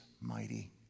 mighty